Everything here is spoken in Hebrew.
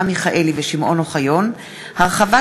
התרבות